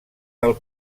del